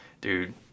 dude